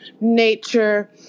nature